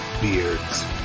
Beards